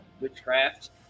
Witchcraft